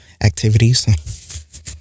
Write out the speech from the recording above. activities